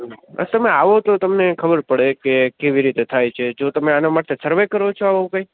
બસ તમે આવો તો તમને ખબર પડે કે કેવી રીતે થાય છે જો તમે આના માટે સર્વે કરો છો આવો કંઈ